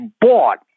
bought